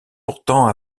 pourtant